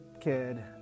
kid